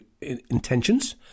intentions